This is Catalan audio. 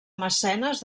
mecenes